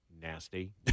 nasty